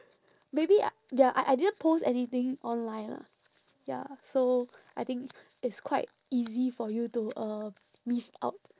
maybe I ya I I didn't post anything online lah ya so I think it's quite easy for you to uh miss out